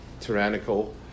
tyrannical